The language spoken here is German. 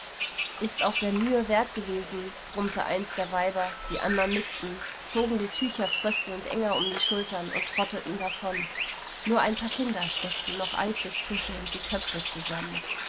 ist auch der mühe wert gewesen brummte eins der weiber die anderen nickten zogen die tücher fröstelnd enger um die schultern und trotteten davon nur ein paar kinder steckten noch eifrig tuschelnd die köpfe zusammen